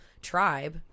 tribe